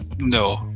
No